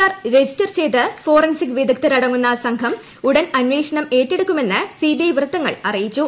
R register ചെയ്ത് forensic വിദഗ്ധരടങ്ങുന്ന സംഘം ഉടൻ അന്വേഷണം ഏറ്റെടുക്കുമെന്ന് സിബിഐ വൃത്തങ്ങൾ അറിയിച്ചു